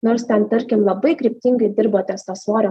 nors ten tarkim labai kryptingai dirbo ties tuo svorio